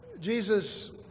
Jesus